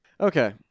Okay